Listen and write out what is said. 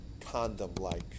condom-like